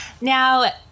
now